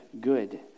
good